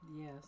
yes